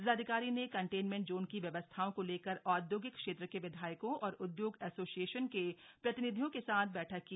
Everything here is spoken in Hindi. जिलाधिकारी ने कंटेनमेंट जोन की व्यवस्थाओं को लेकर औदयोगिक क्षेत्रों के विधायकों और उदयोग एसोसिएशन के प्रतिनिधियो के साथ बैठक की